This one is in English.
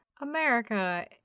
America